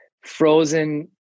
frozen